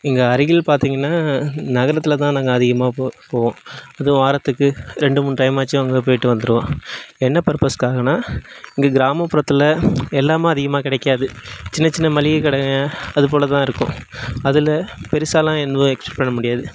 எங்கே அருகில் பார்த்திங்கன்னா நகரத்தில் தான் நாங்கள் அதிகமாக போ போவோம் அதுவும் வாரத்துக்கு ரெண்டு மூணு டைம் ஆச்சும் அங்கே போய்ட்டு வந்திருவோம் என்ன பர்பஸ்க்காகனா இங்கே கிராமப்புறத்தில் எல்லாமும அதிகமாக கிடைக்காது சின்ன சின்ன மளிகை கடைங்க அது போல் தான் இருக்கும் அதில் பெருசாலாம் எக்ஸ்பெக்ட் பண்ண முடியாது